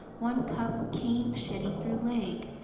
one cup cane machete through leg.